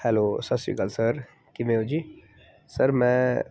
hello ਸਤਿ ਸ਼੍ਰੀ ਅਕਾਲ ਸਰ ਕਿਵੇਂ ਹੋ ਜੀ ਸਰ ਮੈਂ